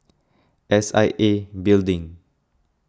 S I A Building